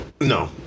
No